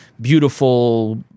beautiful